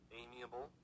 amiable